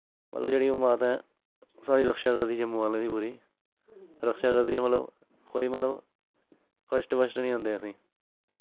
मतलव जेह्ड़ी ओह् माता ऐ साढ़ी रक्षा करदी बड़ी जम्मू आह्ले दी बड़ी रक्षा करदी ऐ मतलव कोई मतलव कश्ट वश्ट निं आंदे असें